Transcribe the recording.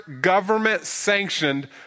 government-sanctioned